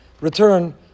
return